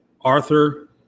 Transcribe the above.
Arthur